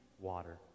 water